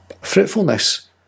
Fruitfulness